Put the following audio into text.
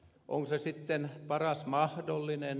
onko se sitten paras mahdollinen